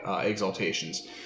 Exaltations